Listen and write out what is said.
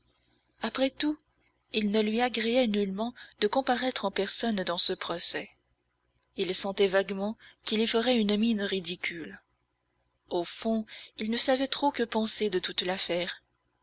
après tout il ne lui agréait nullement de comparaître en personne dans ce procès il sentait vaguement qu'il y ferait une mine ridicule au fond il ne savait trop que penser de toute l'affaire